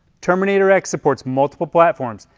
terminator x supports multiple platforms,